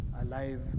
alive